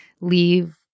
leave